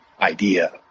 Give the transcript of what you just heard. idea